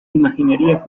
imaginería